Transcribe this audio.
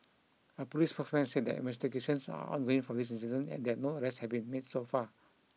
a police spokesman said that investigations are ongoing for this incident and that no arrests had been made so far